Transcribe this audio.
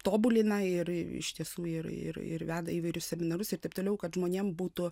tobulina ir iš tiesų ir ir ir veda įvairius seminarus ir taip toliau kad žmonėm būtų